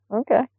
okay